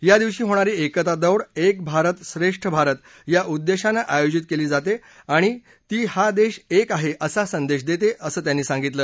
या दिवशी होणारी एकता दौड एक भारत श्रेष्ठ भारत या उद्देशानं आयोजित केली जाते आणि ती हा देश एक आहे असा संदेश देते असं त्यांनी सांगितलं